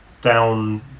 down